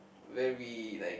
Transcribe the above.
very like